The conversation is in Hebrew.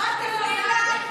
מה שאת לא יודעת,